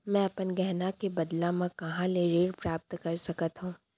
मै अपन गहना के बदला मा कहाँ ले ऋण प्राप्त कर सकत हव?